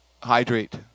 Hydrate